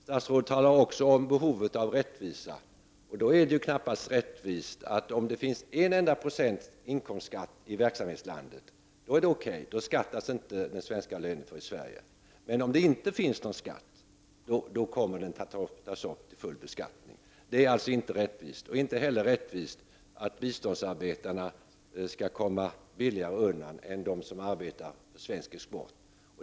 Statsrådet talar också om behovet av rättvisa. Det är knappast rättvist, att om det finns en enda procents inkomstskatt i verksamhetslandet beskattas inte den svenska lönen i Sverige. Men om det inte finns någon skatt, då kommer inkomsten att tas upp till full beskattning i Sverige. Det är inte rättvist. Det är inte heller rättvist att biståndsarbetarna skall komma billigare undan än de som arbetar för svensk export.